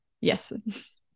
Yes